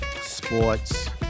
sports